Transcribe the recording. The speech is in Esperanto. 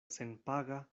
senpaga